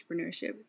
entrepreneurship